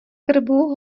krbu